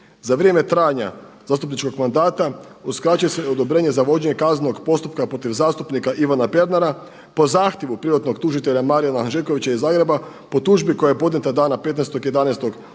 Za vrijeme trajanja zastupničkog mandata uskraćuje se odobrenje za vođenje kaznenog postupka protiv zastupnika Ivana Pernara po zahtjevu privatnog tužitelja Marijana Hanžekovića iz Zagreba po tužbi koja je podnijeta dana 15.11.2016.